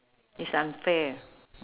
it's unfair